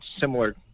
similar